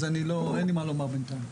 אז אין לי מה לומר כרגע.